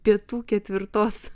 pietų ketvirtos